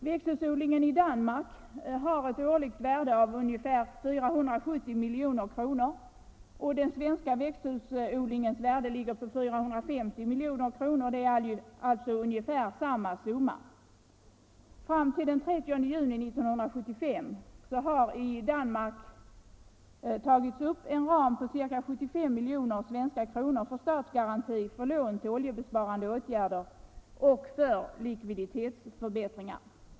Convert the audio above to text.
Växthusodlingen i Danmark har ett årligt värde av ungefär 470 milj.kr., och den svenska växthusodlingens värde ligger på 450 milj.kr. — det är alltså ungefär samma summa. Fram till den 30 juni 1975 har i Danmark tagits upp en ram på ca 75 miljoner svenska kronor för statsgaranti för lån till oljebesparande åtgärder och för likviditetsförbättringar.